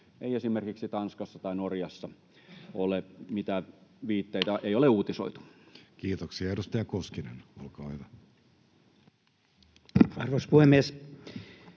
ei esimerkiksi Tanskassa tai Norjassa ole mitään viitteitä, ei ole uutisoitu. Kiitoksia. — Edustaja Koskinen, olkaa hyvä. Arvoisa puhemies!